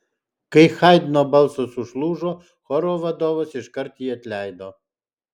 kai haidno balsas užlūžo choro vadovas iškart jį atleido